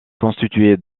constituée